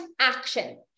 action